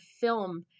film